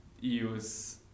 use